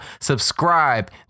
Subscribe